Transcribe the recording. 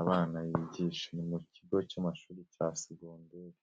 abana yigisha mu kigo cy'amashuri cya segonderi.